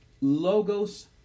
logos